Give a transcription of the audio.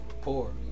poor